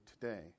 today